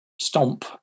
Stomp